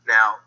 Now